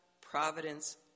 providence